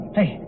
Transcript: Hey